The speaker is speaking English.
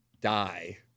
die